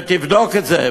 ותבדוק את זה,